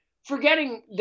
Forgetting